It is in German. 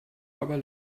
aber